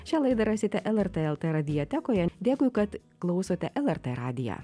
šią laidą rasite lrt lt radiotekoje dėkui kad klausote lrt radiją